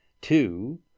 two